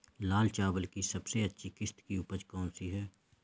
लाल चावल की सबसे अच्छी किश्त की उपज कौन सी है?